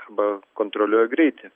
arba kontroliuoja greitį